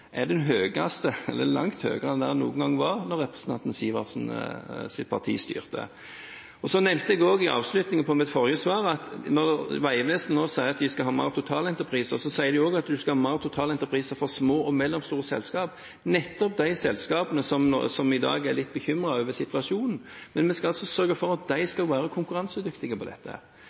langt høyere enn den noen gang var da representanten Sivertsens parti styrte. Så nevnte jeg også i avslutningen på mitt forrige svar at når Vegvesenet nå sier at de skal ha flere totalentrepriser, sier de også at man skal flere totalentrepriser for små og mellomstore selskap, nettopp de selskapene som i dag er litt bekymret over situasjonen, men vi skal altså sørge for at de skal være konkurransedyktige på dette.